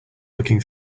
looking